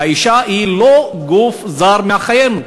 האישה היא לא גוף זר מאתנו,